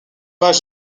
pas